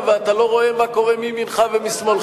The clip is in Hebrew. ואתה לא רואה מה קורה מימינך ומשמאלך.